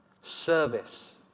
Service